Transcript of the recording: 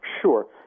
Sure